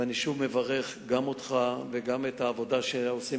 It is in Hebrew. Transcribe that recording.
אני שוב מברך גם אותך וגם את העבודה שעושים,